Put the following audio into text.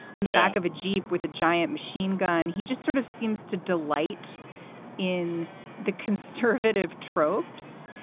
on the back of a jeep with a giant machine gun. he just sort of seems to delight in the conservative tropes.